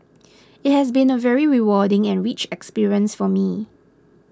it has been a very rewarding and rich experience for me